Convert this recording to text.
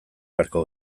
beharko